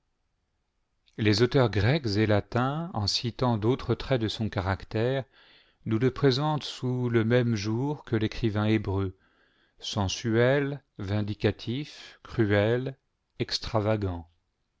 les auteurs grecs et latins en citant d'autres traits de son caractère nous le présentent sous le même jour que l'écrivain hébreu sensuel vindicatif cruel extravagant